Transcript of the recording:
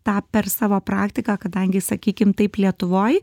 tą per savo praktiką kadangi sakykim taip lietuvoj